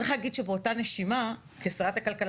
צריך להגיד שבאותה נשימה כשרת הכלכלה